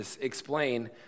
explain